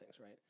right